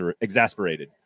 exasperated